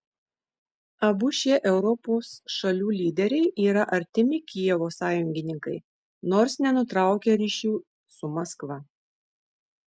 abu šie europos šalių lyderiai yra artimi kijevo sąjungininkai nors nenutraukia ryšių su maskva